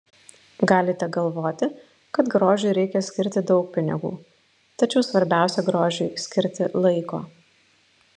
galite galvoti kad grožiui reikia skirti daug pinigų tačiau svarbiausia grožiui skirti laiko